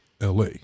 LA